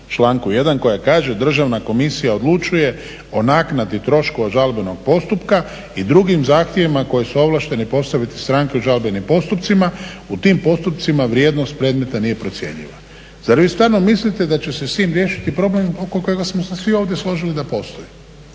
članku 1. koja kaže Državna komisija odlučuje o naknadi troškova žalbenog postupka i drugim zahtjevima koji su ovlašteni posebice … žalbeni postupcima, u tim postupcima vrijednost predmeta nije procjenjiva. Zar vi stvarno mislite da će se s tim riješiti problem oko kojega smo se svi ovdje složili da postoji?